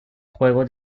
juego